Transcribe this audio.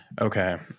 Okay